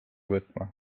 võtma